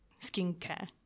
skincare